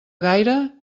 gaire